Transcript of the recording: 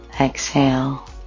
exhale